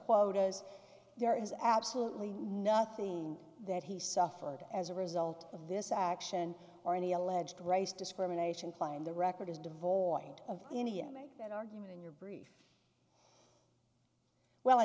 quotas there is absolutely nothing that he suffered as a result of this action or any alleged race discrimination claim the record is devoid of any enemy an argument in your brief well i